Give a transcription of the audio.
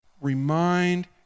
remind